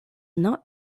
not